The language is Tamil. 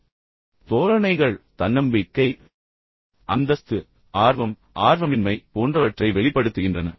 எனவே தோரணைகள் தன்னம்பிக்கை அந்தஸ்து ஆர்வம் ஆர்வமின்மை போன்றவற்றை வெளிப்படுத்துகின்றன